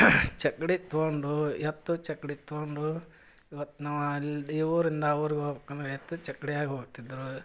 ಚಕ್ಕಡಿ ತೊಗೊಂಡು ಎತ್ತು ಚಕ್ಕಡಿ ತೊಗೊಂಡು ಇವತ್ತು ನಾವು ಈ ಊರಿಂದ ಆ ಊರಿಗೆ ಹೋಗ್ಬೇಕಂದ್ರೆ ಎತ್ತು ಚಕ್ಡಿಯಾಗ ಹೋಗ್ತಿದ್ದರು